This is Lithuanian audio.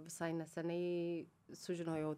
visai neseniai sužinojau